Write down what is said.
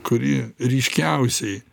kuri ryškiausiai